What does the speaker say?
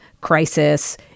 crisis